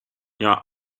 miała